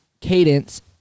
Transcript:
cadence